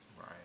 Right